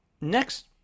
next